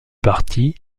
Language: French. parti